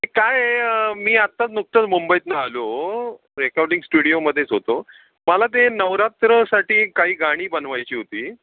ते काय आहे मी आत्ताच नुकतंच मुंबईतून आलो रेकॉर्डिंग स्टुडिओमध्येच होतो मला ते नवरात्रसाठी काही गाणी बनवायची होती